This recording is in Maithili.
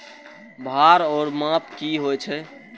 भार ओर माप की होय छै?